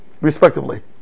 respectively